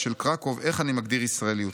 של קרקוב איך אני מגדיר ישראליות.